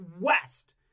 West